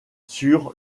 sur